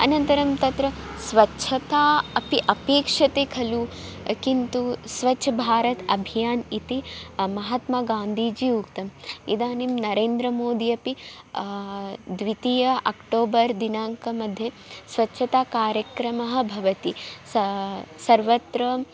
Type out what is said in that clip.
अनन्तरं तत्र स्वच्छता अपि अपेक्षते खलु किन्तु स्वच्छ भारत् अभियान् इति महात्मागान्दीजी उक्तम् इदानीं नरेन्द्रमोदि अपि द्वितीया अक्टोबर् दिनाङ्कमध्ये स्वच्छताकार्यक्रमः भवति सा सर्वस्त्र